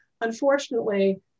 Unfortunately